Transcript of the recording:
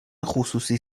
خصوصی